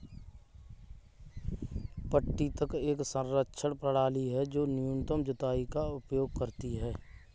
पट्टी तक एक संरक्षण प्रणाली है जो न्यूनतम जुताई का उपयोग करती है